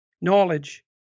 knowledge